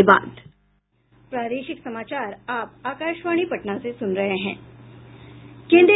केन्द्रीय